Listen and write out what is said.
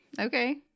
Okay